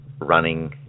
running